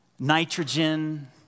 Nitrogen